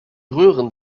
röhren